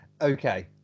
Okay